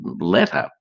letter